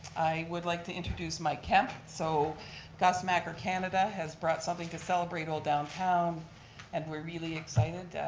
would like to introduce mike kemp so gus macker canada has brought something to celebrate old downtown and we're really excited.